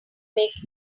make